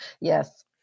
Yes